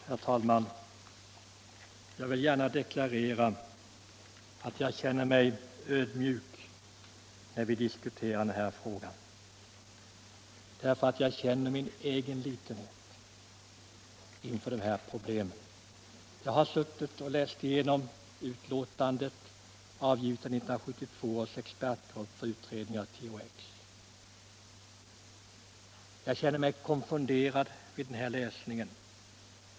Herr talman! Jag vill gärna deklarera att jag känner mig ödmjuk när vi diskuterar den här frågan därför att jag upplever min egen litenhet inför problemen. Jag har läst igenom utlåtandet av 1972 års expertutredning om THX. Jag känner mig konfunderad efter den läsningen.